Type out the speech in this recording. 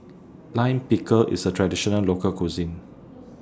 Lime Pickle IS A Traditional Local Cuisine